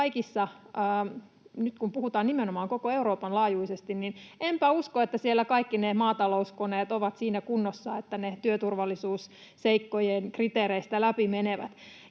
nyt kun puhutaan nimenomaan koko Euroopan laajuisesti — kaikki maatalouskoneet ovat siinä kunnossa, että ne työturvallisuusseikkojen kriteereistä läpi menevät.